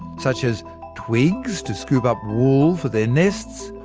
such as twigs to scoop up wool for their nests,